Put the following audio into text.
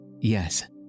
yes